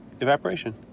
Evaporation